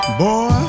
boy